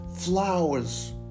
Flowers